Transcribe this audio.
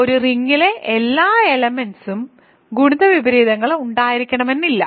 ഒരു റിംഗിലെ എല്ലാ എലെമെന്റ്സിനും ഗുണിത വിപരീതങ്ങൾ ഉണ്ടായിരിക്കണമെന്നില്ല